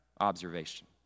observation